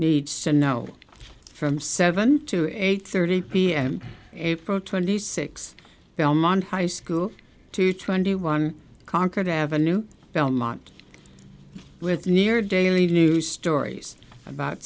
needs to know from seven to eight thirty pm april twenty sixth belmont high school to twenty one concord avenue belmont with near daily news stories about